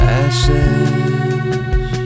ashes